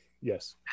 Yes